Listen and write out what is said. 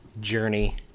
journey